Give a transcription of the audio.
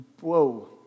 Whoa